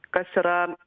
kas yra